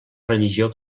religió